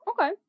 okay